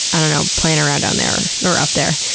i don't know, playing around down there. or up there.